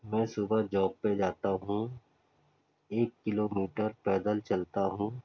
میں صبح جاپ پہ جاتا ہوں ایک کلو میٹر پیدل چلتا ہوں